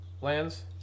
lands